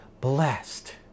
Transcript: blessed